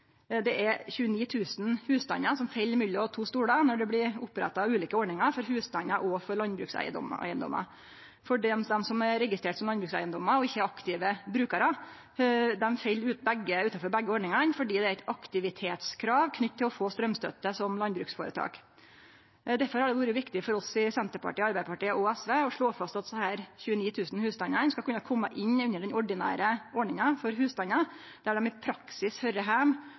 det er 29 000 husstandar som fell mellom to stolar når det blir oppretta ulike ordningar for husstandar og for landbrukseigedomar. Dei som er registrerte som å ha landbrukseigedomar, men ikkje er aktive brukarar, fell utanfor begge ordningane, fordi det er eit aktivitetskrav knytt til å få straumstøtte som landbruksføretak. Derfor har det vore viktig for oss i Senterpartiet, Arbeidarpartiet og SV å slå fast at desse 29 000 husstandane skal kunne kome inn under den ordinære ordninga for husstandar, der dei i praksis